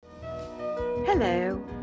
Hello